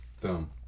Boom